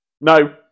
No